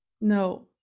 No